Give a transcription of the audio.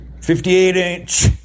58-inch